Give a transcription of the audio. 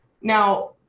now